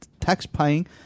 tax-paying